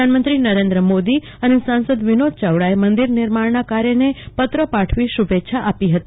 પ્રધાનમંત્રી નરેન્દ્ર મોદી અને સાંસદ વિનોદ ચાવડાએ મંદિરના નિર્માણના કાર્યને પત્ર પાઠવી શ્રૂભેચ્છા આપી હતી